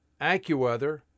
AccuWeather